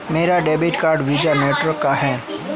मेरा debit card Visa network का है